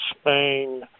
Spain